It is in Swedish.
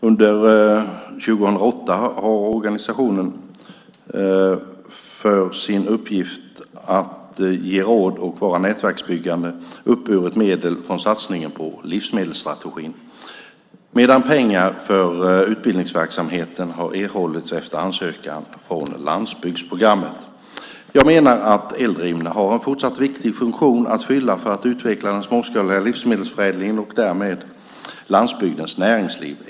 Under 2008 har organisationen för sin uppgift att ge råd och vara nätverksbyggande uppburit medel från satsningen på livsmedelsstrategin, medan pengar för utbildningsverksamheten har erhållits efter ansökan från landsbygdsprogrammet. Jag menar att Eldrimner har en fortsatt viktig funktion att fylla för att utveckla den småskaliga livsmedelsförädlingen och därmed landsbygdens näringsliv.